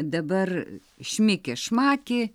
dabar šmiki šmaki